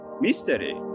mystery